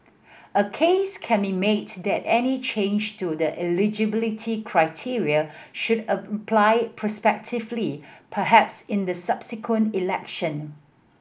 a case can be made that any change to the eligibility criteria should apply prospectively perhaps in the subsequent election